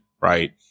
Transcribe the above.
Right